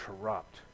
corrupt